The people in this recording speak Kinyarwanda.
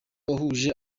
wahuje